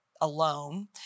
alone